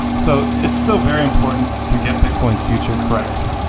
so it's still very important to get bitcoin's future correct,